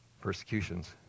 persecutions